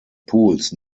pools